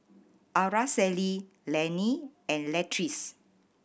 Araceli Lenny and Latrice